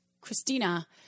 Christina